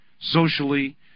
socially